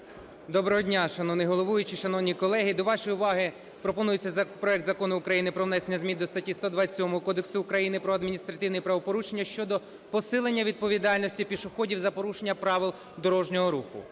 Доброго дня, шановний головуючий, шановні колеги! До вашої уваги пропонується проект Закону про внесення змін до статті 127 Кодексу України про адміністративні правопорушення щодо посилення відповідальності пішоходів за порушення правил дорожнього руху.